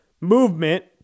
movement